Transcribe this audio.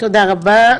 תודה רבה.